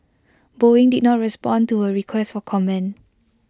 boeing did not respond to A request for comment